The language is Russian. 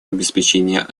обеспечения